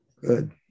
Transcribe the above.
Good